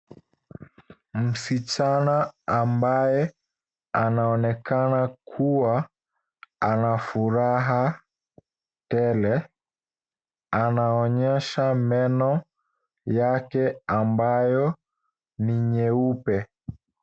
Msichana ambaye anaonekana kuwa ana furaha tele anaonyesha meno yake ambayo ni nyeupe.